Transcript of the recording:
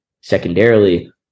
Secondarily